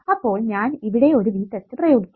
അപ്പോൾ ഞാൻ ഇവിടെ ഒരു V test പ്രയോഗിക്കാം